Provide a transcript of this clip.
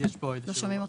לא שומעים אותך.